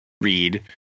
read